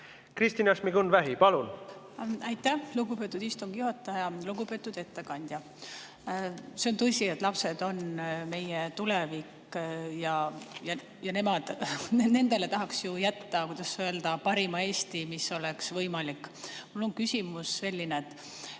Kristina Šmigun-Vähi, palun! Aitäh, lugupeetud istungi juhataja! Lugupeetud ettekandja! See on tõsi, et lapsed on meie tulevik ja nendele tahaks ju jätta, kuidas öelda, parima Eesti, mis oleks võimalik. Mul on selline